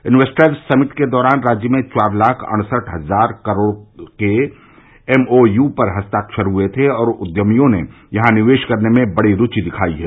investor summit के दौरान राज्य में चार लाख अड़सठ हजार करोड़ के एमओयू पर हस्ताक्षर हुए थे और उद्यमियों ने यहां निवेश करने में बड़ी रूषि दिखाई है